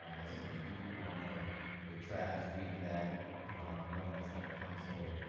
um as as you all know with trash. we do that on our own, it's not a council,